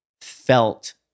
felt